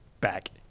Back